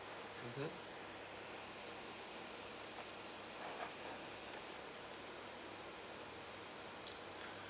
mmhmm